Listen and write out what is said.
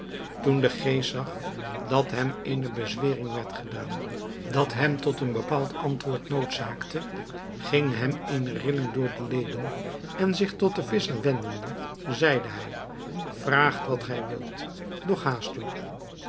toen de geest zag dat hem eene bezwering werd gedaan dat hem tot een bepaald antwoord noodzaakte ging hem eene rilling door de leden en zich tot den visscher wendende zeide hij vraag wat gij wilt doch haast u